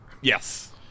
Yes